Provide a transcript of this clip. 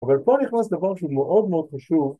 אבל פה נכנס לדבר מאוד מאוד פשוט